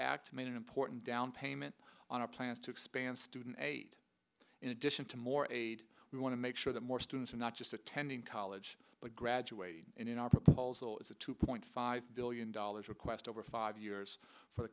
an important downpayment on our plans to expand student aid in addition to more aid we want to make sure that more students are not just attending college but graduating in our proposal is a two point five billion dollars request over five years for the